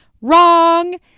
Wrong